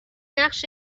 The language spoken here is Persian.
نقش